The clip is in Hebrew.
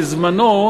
בזמננו,